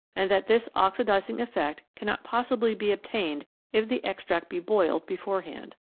and that this oxidising effect cannot possibly be obtained if the extract be boiled beforehand.